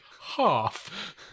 half